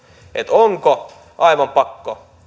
onko aivan pakko